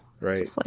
Right